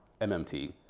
MMT